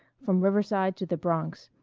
from riverside to the bronx,